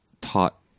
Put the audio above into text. taught